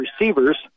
receivers